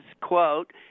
quote